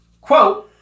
quote